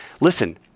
Listen